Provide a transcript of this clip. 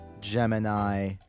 Gemini